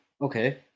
Okay